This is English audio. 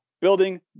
building